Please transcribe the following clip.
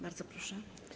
Bardzo proszę.